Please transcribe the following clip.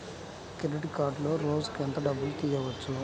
Credit కార్డులో రోజుకు ఎంత డబ్బులు తీయవచ్చు?